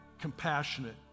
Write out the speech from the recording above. compassionate